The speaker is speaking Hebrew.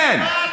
כן,